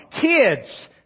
kids